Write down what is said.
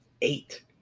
eight